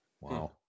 Wow